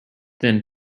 then